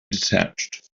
detached